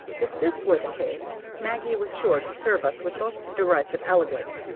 if this were the case maggie was sure to serve us with most derisive elegance,